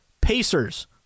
Pacers